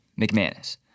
McManus